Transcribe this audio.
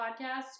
Podcasts